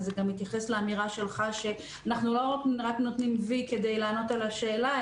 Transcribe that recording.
זה גם מתייחס לאמירה שלך שאנחנו רק נותנים וי כדי לענות על השאלה,